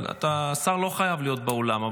השר לא חייב להיות באולם,